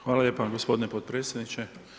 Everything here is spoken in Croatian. Hvala lijepa gospodine potpredsjedniče.